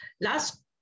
Last